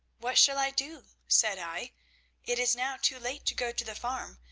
what shall i do said i it is now too late to go to the farm,